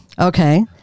Okay